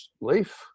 leaf